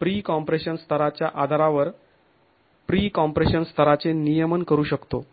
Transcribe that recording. pre compression स्तराच्या आधारावर pre compression स्तराचे नियमन करू शकतो